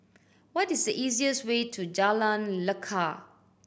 what is the easier's way to Jalan Lekar